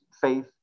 faith